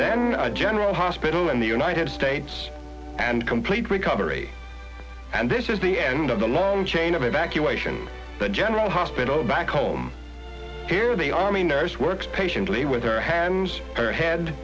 then a general hospital in the united states and complete recovery and this is the end of the long chain of evacuation the general hospital back home here the army nurse works patiently with her hands